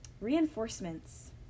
reinforcements